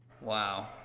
Wow